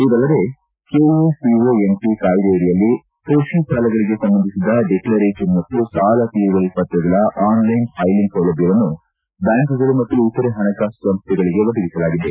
ಇದಲ್ಲದೆ ಕೆಎಸಿಒಎಂಪಿ ಕಾಯ್ದೆಯಡಿಯಲ್ಲಿ ಕೃಷಿ ಸಾಲಗಳಿಗೆ ಸಂಬಂಧಿಸಿದ ಡಿಕ್ಲರೇಷನ್ ಮತ್ತು ಸಾಲ ತೀರುವಳಿ ಪತ್ರಗಳ ಆನ್ಲೈನ್ ಫೈಲಿಂಗ್ ಸೌಲಭ್ಯವನ್ನು ಬ್ಯಾಂಕುಗಳು ಮತ್ತು ಇತರೆ ಪಣಕಾಸು ಸಂಸ್ಥೆಗಳಿಗೆ ಒದಗಿಸಲಾಗಿದೆ